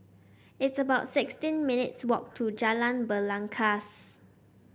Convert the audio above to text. it's about sixteen minutes' walk to Jalan Belangkas